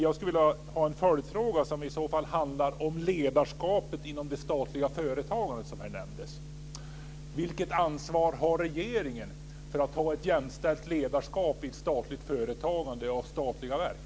Jag har en följdfråga som handlar om ledarskapet i det statliga företagandet, som nämndes: Vilket ansvar har regeringen för att ha ett jämställt ledarskap i statligt företagande och i statliga verk?